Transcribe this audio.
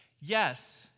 Yes